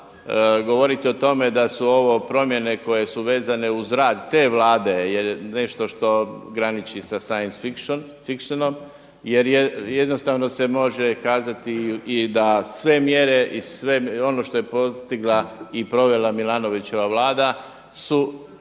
govoriti o tome da su ovo promjene koje su vezane uz rad te Vlade je nešto što graniči sa since fictionom. Jer je jednostavno se može kazati i da sve mjere i sve ono što je postigla i provela Milanovićeva Vlada su